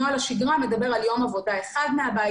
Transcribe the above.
נוהל השגרה מדבר על יום עבודה אחד מהבית,